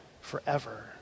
forever